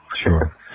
Sure